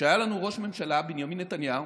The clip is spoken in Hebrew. שהיה לנו ראש הממשלה בנימין נתניהו,